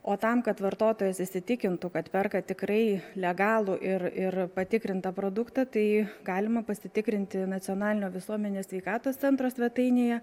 o tam kad vartotojas įsitikintų kad perka tikrai legalų ir ir patikrintą produktą tai galima pasitikrinti nacionalinio visuomenės sveikatos centro svetainėje